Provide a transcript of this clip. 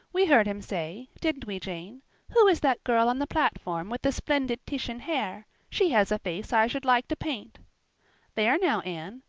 we heard him say didn't we, jane who is that girl on the platform with the splendid titian hair? she has a face i should like to paint there now, anne.